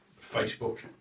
Facebook